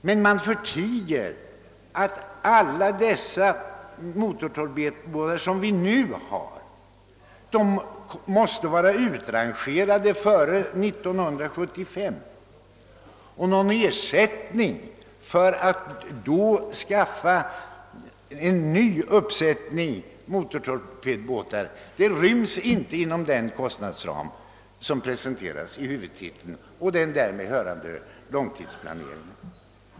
Men det förtiges att alla de motortorpedbåtar som vi nu har måste vara utrangerade före 1975, och några medel för att då skaffa en ny uppsättning inryms inte inom den kostnadsram som presenterats i huvudtiteln och den därpå byggda långtidsplaneringen.